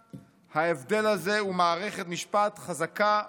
ההבדל הזה הוא מערכת משפט חזקה ועצמאית.